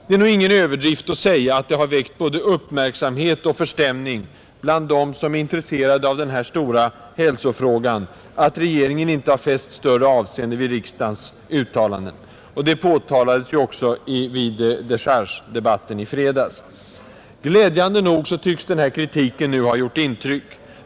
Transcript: Det är ingen överdrift att säga, att det har väckt både uppmärksamhet och förstämning bland dem, som är intresserade av den här stora hälsofrågan, att regeringen inte har fäst större avseende vid riksdagens uttalanden. Det påtalades också vid dechargedebatten i fredags. Glädjande nog tycks den här kritiken ha gjort intryck.